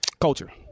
Culture